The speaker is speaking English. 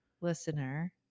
Listener